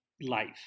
life